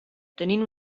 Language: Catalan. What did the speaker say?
tenint